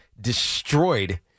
destroyed